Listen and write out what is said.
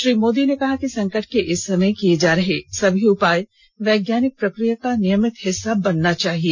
श्री मोदी ने कहा कि संकट के इस समय किये जा रहे सभी उपाय वैज्ञानिक प्रक्रिया का नियमित हिस्सा बनना चाहिए